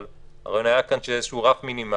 אבל הרעיון היה כאן שיש רף מינימלי,